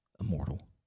Immortal